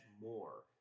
more